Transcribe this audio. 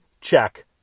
Check